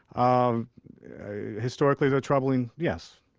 um historically, they're troubling. yes.